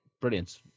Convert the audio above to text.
brilliant